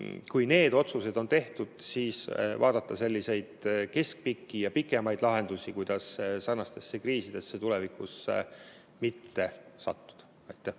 Kui need otsused on tehtud, siis vaadata selliseid keskpikki ja pikemaid lahendusi, kuidas sarnastesse kriisidesse tulevikus mitte sattuda. Aitäh!